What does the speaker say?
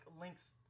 Link's